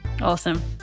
Awesome